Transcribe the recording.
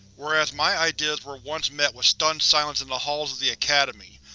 whereas my ideas were once met with stunned silence in the halls of the academy,